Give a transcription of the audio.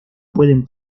pueden